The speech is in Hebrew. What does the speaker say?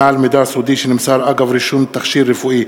על מידע סודי שנמסר אגב רישום תכשיר רפואי),